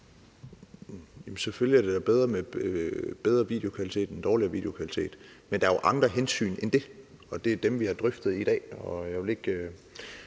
selvfølgelig bedre med en god videokvalitet end en dårlig videokvalitet. Men der er jo andre hensyn end det, og det er dem, vi har drøftet i dag.